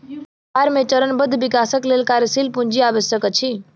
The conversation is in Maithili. व्यापार मे चरणबद्ध विकासक लेल कार्यशील पूंजी आवश्यक अछि